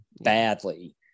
badly